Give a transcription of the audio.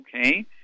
okay